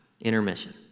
Intermission